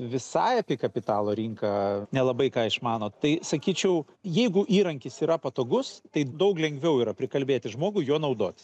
visai apie kapitalo rinką nelabai ką išmano tai sakyčiau jeigu įrankis yra patogus tai daug lengviau yra prikalbėti žmogų juo naudotis